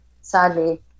Sadly